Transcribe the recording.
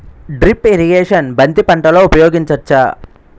Drip irrigation బంతి పంటలో ఊపయోగించచ్చ?